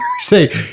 say